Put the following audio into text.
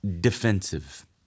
defensive